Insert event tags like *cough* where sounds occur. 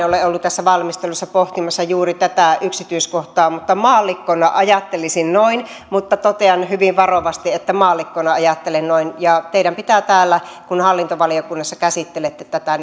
*unintelligible* ole ollut tässä valmistelussa pohtimassa juuri tätä yksityiskohtaa mutta maallikkona ajattelisin noin mutta totean hyvin varovasti että maallikkona ajattelen noin teidän pitää täällä kun hallintovaliokunnassa tätä *unintelligible*